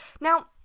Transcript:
Now